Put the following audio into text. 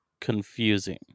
confusing